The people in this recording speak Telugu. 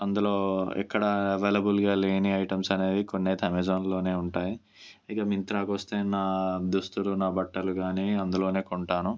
అందులో ఎక్కడ అవైలబుల్గా లేని ఐటమ్స్ అనేవి కొన్నైతే అమెజాన్లోనే ఉంటాయి ఇంక మింత్రా కొస్తే నా నా దుస్తులు నా బట్టలు గానీ అందులోనే కొంటాను